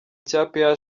cya